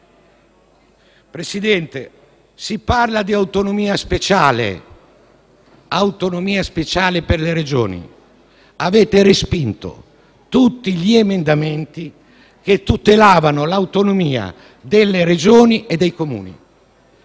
Presidente, si parla di autonomia speciale per le Regioni, ma avete respinto tutti gli emendamenti che tutelavano l'autonomia delle Regioni e dei Comuni.